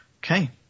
Okay